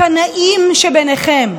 הקנאים שביניכם,